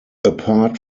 apart